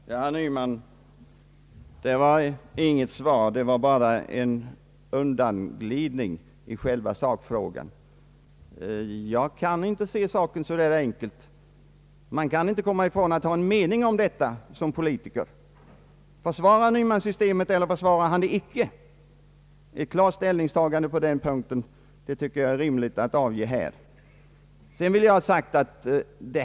Herr talman! Det där, herr Nyman, var inget svar. Det var bara en undanglidning i själva sakfrågan. Jag kan inte se saken så enkelt. Man kan inte undgå att som politiker ha en mening i en så viktig fråga. Försvarar herr Nyman systemet, eller försvarar han det icke? Jag tycker det är rimligt att här ge till känna ett klart ställningstagande.